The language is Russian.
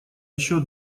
еще